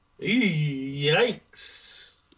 Yikes